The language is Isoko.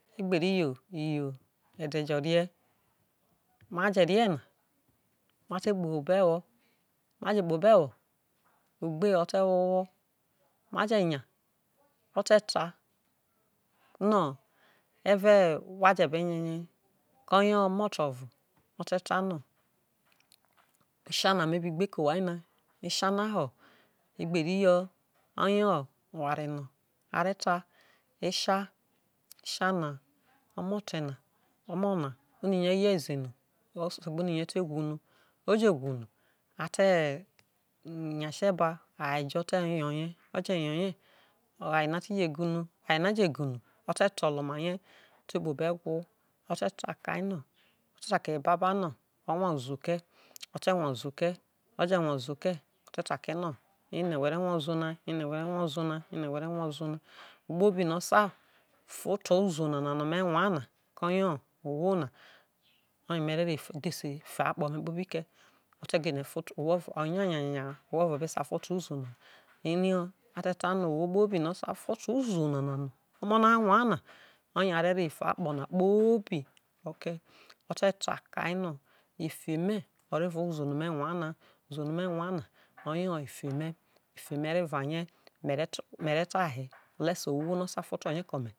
Igberiyo iyo ede jo rie ede jo je rie na ma te kpo obo ewho ogbe koyeho eve wha be ro nya ere omo teovo o te ta no osia na me bi gbe ke owha na koye ho igberiyo omote na a ye ze osegbe oni rie o te whu no o je whu no a teze nya se ba aye jo ote be yore aya a o bi je whu no o te tolo omai rie ote kpobo ewho o te ta ke ababa no o gwolo wha uzuo ke o te ta ke no ene whe re wha uzuo na ahwo no o sai fa oto uzuo nama no me wha na oya me re reho efe akpo me kpobi ke onya nya nya ohwo ovo obe sai fa oto uzuo na ke he a te ta ahwo kpobi no o sai fa oto uzuo no omo na wha na oye a re reho efe akpo na kpobi ke fe me oro uzuo no me wha na me re ta he alese ohwo no o sai fa oto rie ke ome.